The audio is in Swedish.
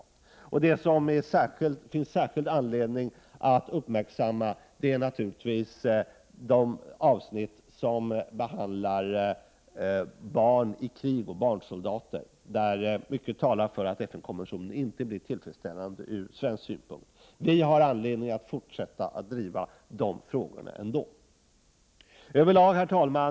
Naturligtvis finns det särskild anledning att uppmärksamma de avsnitt där barn i krig och barnsoldater behandlas. Här talar mycket för att FN-konventionen inte blir tillfredsställande från svensk synpunkt. Vi har anledning att fortsätta att driva dessa frågor ändå. Herr talman!